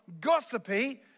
gossipy